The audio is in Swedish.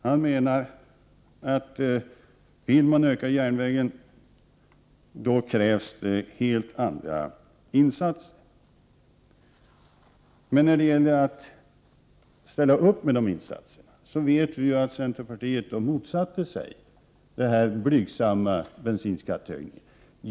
Han menar att om man vill öka järnvägstrafiken, krävs det helt andra insatser. Men när det gäller att ställa upp med sådana insatser vet vi ju att centerpartiet motsatte sig den blygsamma bensinskattehöjningen.